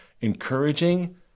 Encouraging